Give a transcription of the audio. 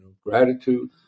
Gratitude